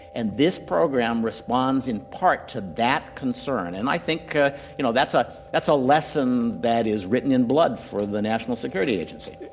and this program responds in part to that concern. and i think ah you know that's ah that's a lesson that is written in blood for the national security agency.